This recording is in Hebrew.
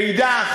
מנגד,